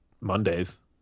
mondays